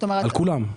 על כולם,